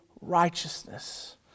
righteousness